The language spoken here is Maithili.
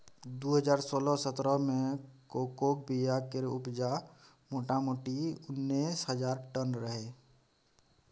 दु हजार सोलह सतरह मे कोकोक बीया केर उपजा मोटामोटी उन्नैस हजार टन रहय